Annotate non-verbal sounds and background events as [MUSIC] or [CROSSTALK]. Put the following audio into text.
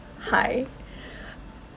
hi [BREATH]